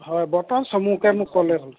হয় বৰ্তমান চমুকৈ মোক ক'লেই হ'ল